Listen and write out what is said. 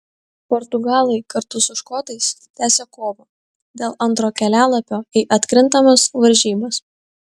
portugalai kartu su škotais tęsią kovą dėl antro kelialapio į atkrintamas varžybas